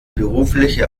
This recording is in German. berufliche